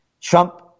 Trump